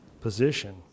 position